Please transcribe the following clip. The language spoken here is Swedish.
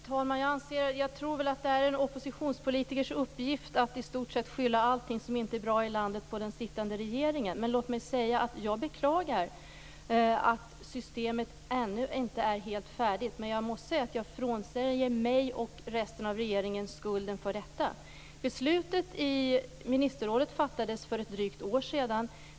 Herr talman! Jag tror väl att det är en oppositionspolitikers uppgift att i stort sett skylla allt som inte är bra i landet på den sittande regeringen. Låt mig säga att jag beklagar att systemet ännu inte är helt färdigt. Men jag måste säga att jag frånsäger mig och resten av regeringen skulden för detta. Beslutet i ministerrådet fattades för drygt ett år sedan.